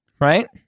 right